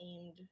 aimed